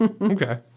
okay